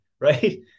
right